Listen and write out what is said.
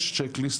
יש צ'ק ליסט,